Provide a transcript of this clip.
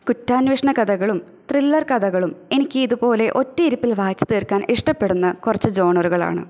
കുറ്റാന്വേഷണ കഥകളും ത്രില്ലെര് കഥകളും എനിക്ക് ഇതുപോലെ ഒറ്റയിരുപ്പില് വായിച്ചു തീര്ക്കാന് ഇഷ്ടപ്പെടുന്ന കുറച്ച് ജോണറുകളാണ്